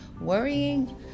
worrying